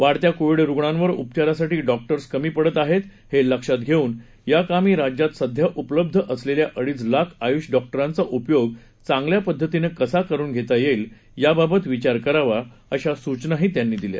वाढत्या कोविड रुग्णांवर उपचारासाठी डॉक्टर्स कमी पडत आहेत हे लक्षात घेऊन या कामी राज्यात सध्या उपलब्ध असलेल्या अडीच लाख आयुष डॉक्टरांचा उपयोग चांगल्या पद्धतीनं कसा करून घेता येईल याबाबत विचार करावा अशा सूचनाही त्यांनी केली